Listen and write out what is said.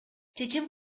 чечим